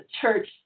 church